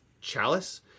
Chalice